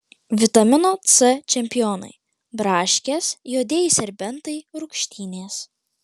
vitamino c čempionai braškės juodieji serbentai rūgštynės